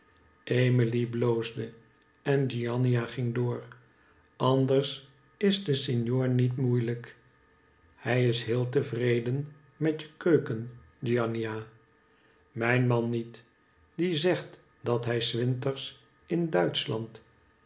emilie bloosde en giannina ging door anders is de signor niet moeilijk hij is heel tevreden met je keuken giannina mij n man niet die zegt dat hij s winters in duitschland